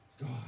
God